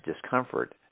discomfort